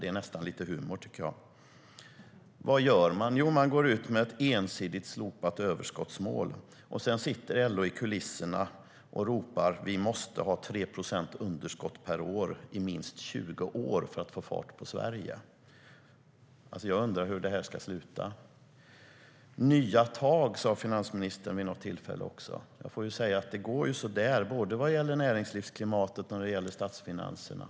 Det är nästan lite humor. Vad gör man? Man går ut med ett ensidigt slopat överskottsmål. Sedan sitter LO i kulisserna och ropar att det måste vara 3 procents underskott per år i minst 20 år för att få fart på Sverige. Jag undrar hur det ska sluta. Finansministern talade om nya tag. Jag får säga att det går så där vad gäller både näringslivsklimatet och statsfinanserna.